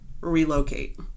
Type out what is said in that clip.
relocate